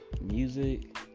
music